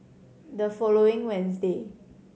the following Wednesday